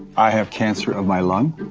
i have cancer of my lung?